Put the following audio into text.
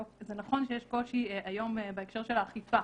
זה נכון שיש קושי היום בהקשר של האכיפה